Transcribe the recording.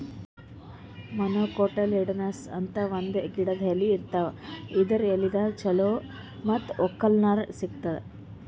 monocotyledonous ಅಂತ್ ಒಂದ್ ಗಿಡದ್ ಎಲಿ ಇರ್ತಾವ ಇದರ್ ಎಲಿದಾಗ್ ಚಲೋ ಮತ್ತ್ ಬಕ್ಕುಲ್ ನಾರ್ ಸಿಗ್ತದ್